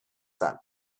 that